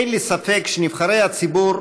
אין לי ספק שנבחרי הציבור,